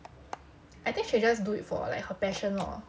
I think she just do it for like her passion lor